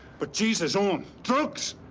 but jesus, owen. drugs?